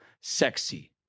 sexy